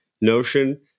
Notion